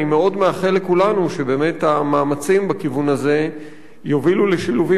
אני מאוד מאחל לכולנו שבאמת המאמצים בכיוון הזה יובילו לשילובים